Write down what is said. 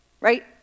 right